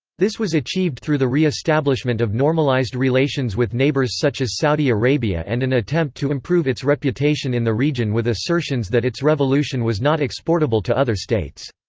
this was achieved through the reestablishment of normalized relations with neighbors such as saudi arabia and an attempt to improve its reputation in the region with assertions that its revolution was not exportable to other states.